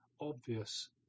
obvious